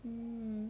mm